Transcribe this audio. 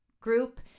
group